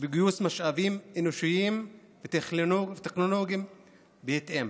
וגיוס משאבים אנושיים וטכנולוגיים בהתאם,